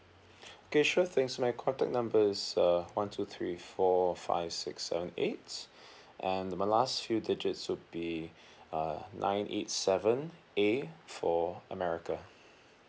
okay sure things my contact number is uh one two three four five six seven eight and my last few digits would be uh nine eight seven A for america